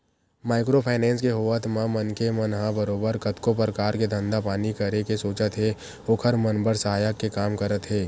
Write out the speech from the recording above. micro finance के होवत म मनखे मन ह बरोबर कतको परकार के धंधा पानी करे के सोचत हे ओखर मन बर सहायक के काम करत हे